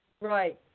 Right